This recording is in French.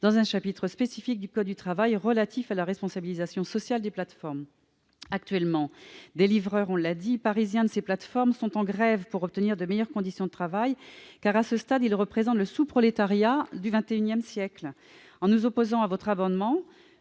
dans un chapitre spécifique du code du travail relatif à la responsabilisation sociale des plateformes. Actuellement, des livreurs parisiens de ces plateformes sont en grève pour obtenir de meilleures conditions de travail, car, à ce stade, ils représentent le sous-prolétariat du XXI siècle. En nous opposant à cet amendement,